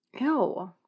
Ew